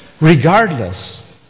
Regardless